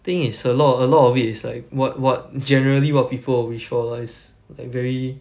think is a lot a lot of it is like what what generally what people will visualise like very